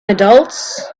adults